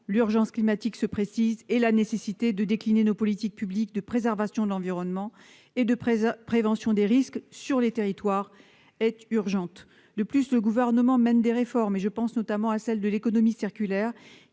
l'urgence climatique se précise et la nécessité de décliner nos politiques publiques de préservation de l'environnement et de presse, prévention des risques sur les territoires aide urgente de plus le gouvernement mène des réformes et je pense notamment à celles de l'économie circulaire